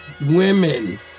women